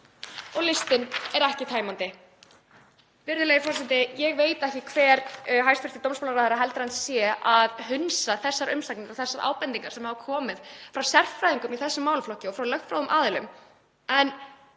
Og listinn er ekki tæmandi. Virðulegi forseti. Ég veit ekki hver hæstv. dómsmálaráðherra heldur að hann sé að hunsa þessar umsagnir og þessar ábendingar sem hafa komið frá sérfræðingum í þessum málaflokki og frá lögfróðum aðilum. En